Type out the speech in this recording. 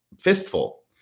fistful